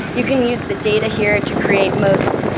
you can use the data here to create moats,